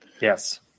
Yes